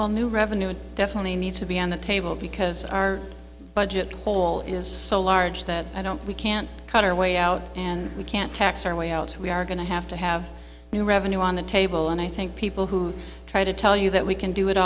well new revenue and definitely need to be on the table because our budget hole is so large that i don't we can't cut our way out and we can't tax our way out so we are going to have to have new revenue on the table and i think people who try to tell you that we can do it